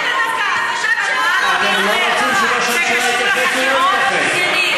אתם לא רוצים שראש הממשלה יתייחס לשאלות שלכם?